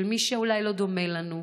של מי שאולי לא דומה לנו,